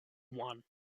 one